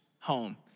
home